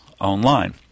online